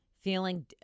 feeling